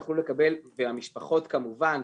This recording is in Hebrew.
והמשפחות כמובן,